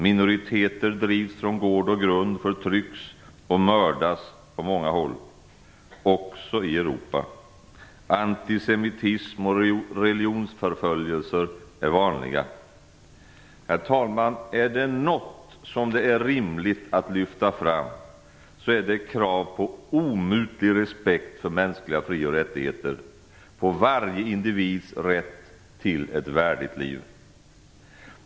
Minoriteter drivs från gård och grund, förtrycks och mördas på många håll, också i Europa. Antisemitism och religionsförföljelser är vanliga. Herr talman! Är det något som det är rimligt att lyfta fram är det krav på omutlig respekt för mänskliga fri och rättigheter, på varje individs rätt till ett värdigt liv.